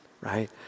right